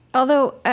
although,